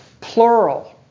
Plural